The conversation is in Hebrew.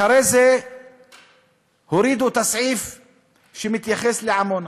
אחרי זה הורידו את הסעיף שמתייחס לעמונה.